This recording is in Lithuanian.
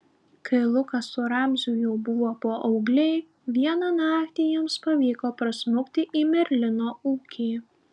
kai lukas su ramziu jau buvo paaugliai vieną naktį jiems pavyko prasmukti į merlino ūkį